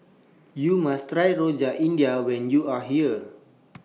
YOU must Try Rojak India when YOU Are here